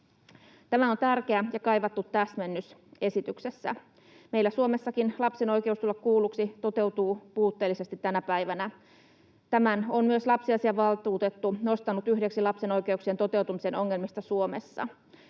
Tämä on tärkeä ja kaivattu täsmennys esityksessä. Meillä Suomessakin lapsen oikeus tulla kuulluksi toteutuu puutteellisesti tänä päivänä. Tämän on myös lapsiasiavaltuutettu nostanut yhdeksi lapsen oikeuksien toteutumisen ongelmista Suomessa.